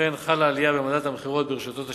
וכמו כן חלה עלייה במדד המכירות ברשתות השיווק.